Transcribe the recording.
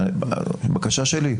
זו הבקשה שלי,